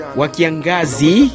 wakiangazi